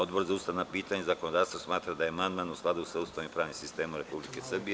Odbor za ustavna pitanja i zakonodavstvo smatra da je amandman u skladu sa Ustavom i pravnim sistemom Republike Srbije.